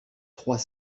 trois